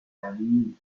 filmed